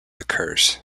occurs